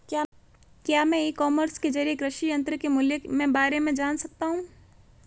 क्या मैं e commerce के ज़रिए कृषि यंत्र के मूल्य में बारे में जान सकता हूँ?